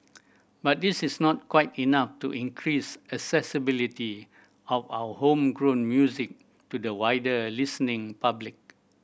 but this is not quite enough to increase accessibility of our homegrown music to the wider listening public